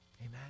Amen